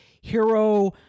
hero